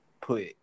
put